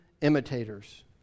imitators